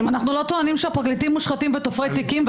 אנחנו לא טוענים שהפרקליטים מושחתים ותופרי תיקים.